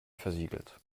versiegelt